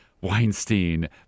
Weinstein